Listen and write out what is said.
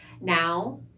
Now